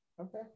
okay